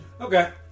okay